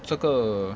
这个